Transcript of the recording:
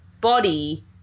body